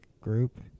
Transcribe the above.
group